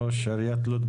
ראש עיריית לוד.